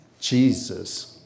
Jesus